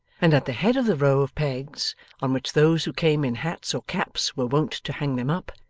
and at the head of the row of pegs on which those who came in hats or caps were wont to hang them up,